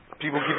People